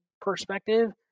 perspective